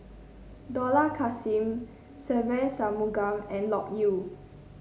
Dollah Kassim Se Ve Shanmugam and Loke Yew